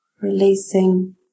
releasing